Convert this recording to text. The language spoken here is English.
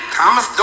Thomas